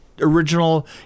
Original